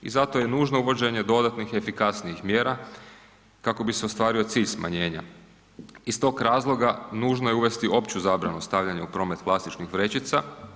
I zato je nužno uvođenje dodatnih i efikasnijih mjera kako bi se ostvario cilj smanjenja Iz tog razloga nužno je uvesti opću zabranu stavljanja u promet plastičnih vrećica.